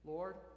Lord